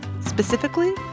specifically